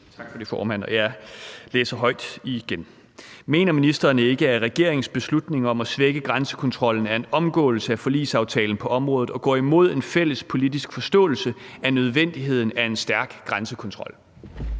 Tak for det, formand, og jeg læser højt igen: Mener ministeren ikke, at regeringens beslutning om at svække grænsekontrollen er en omgåelse af forligsaftalen på området og går imod en fælles politisk forståelse af nødvendigheden af en stærk grænsekontrol?